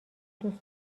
دوست